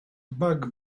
bug